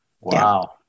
Wow